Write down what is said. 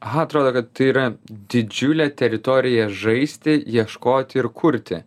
aha atrodo kad tai yra didžiulė teritorija žaisti ieškoti ir kurti